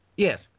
Yes